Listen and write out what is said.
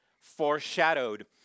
foreshadowed